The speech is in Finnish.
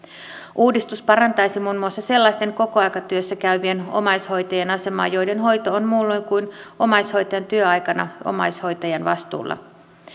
uudistus parantaisi muun muassa sellaisten kokoaikatyössä käyvien omaishoitajien asemaa joiden hoito on muulloin kuin omaishoitajan työaikana omaishoitajan vastuulla